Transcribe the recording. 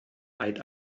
eid